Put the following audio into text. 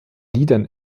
liedern